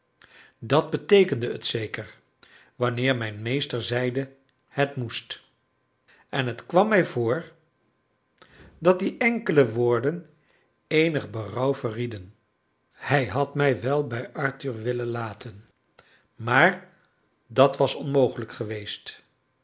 dat beteekende het zeker wanneer mijn meester zeide het moest en het kwam mij voor dat die enkele woorden eenig berouw verrieden hij had mij wel bij arthur willen laten maar dat was onmogelijk geweest